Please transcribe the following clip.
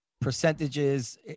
percentages